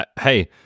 hey